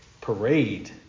parade